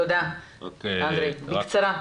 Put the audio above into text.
בקצרה.